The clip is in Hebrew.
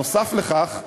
נוסף על כך,